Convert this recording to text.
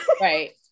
right